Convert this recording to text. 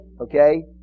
Okay